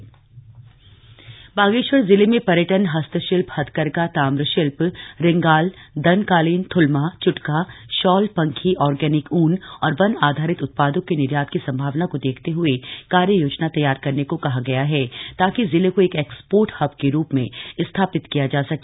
बैठक बागेश्वर बागेश्वर जिले में पर्यटनए हस्तशिल्प हथकरघाए ताम्र शिल्पए रिंगालए दनकालीनए थ्लमाए चुटकाए शॉलए पंखीए ऑर्गेनिक ऊन और वन आधारित उत्पादों के निर्यात की सम्भावना को देखते हए कार्ययोजना तैयार करने को कहा गया है ताकि जिले को एक एक्सपोर्ट हब के रूप में स्थापित किया जा सके